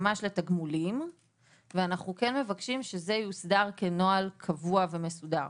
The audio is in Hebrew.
לתגמולים ואנחנו מבקשים שזה יוסדר כנוהל קבוע ומסודר.